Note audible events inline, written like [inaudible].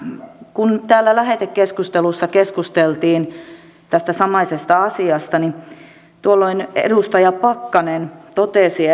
kun lähetekeskustelussa keskusteltiin tästä samaisesta asiasta niin tuolloin edustaja pakkanen totesi [unintelligible]